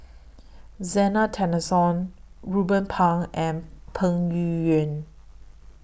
Zena Tessensohn Ruben Pang and Peng Yuyun